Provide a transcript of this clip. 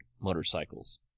motorcycles